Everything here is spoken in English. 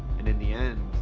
in in the end